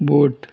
boat